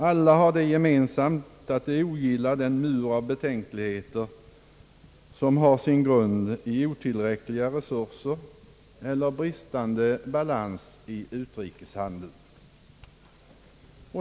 Alla har det gemensamt att de ogillar den mur av betänkligheter som har sin grund i otillräckliga resurser eller bristande balans i utrikeshandeln.